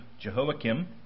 Jehoiakim